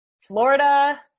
Florida